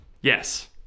Yes